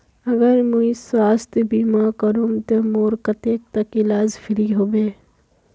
अगर मुई स्वास्थ्य बीमा करूम ते मोर कतेक तक इलाज फ्री होबे?